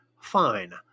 Fine